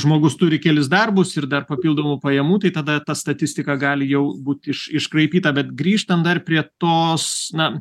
žmogus turi kelis darbus ir dar papildomų pajamų tai tada ta statistika gali jau būt iš iškraipyta bet grįžtam dar prie tos na